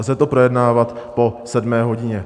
Lze to projednávat po sedmé hodině.